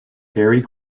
harry